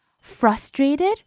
frustrated